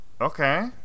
okay